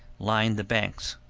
line the banks,